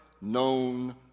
known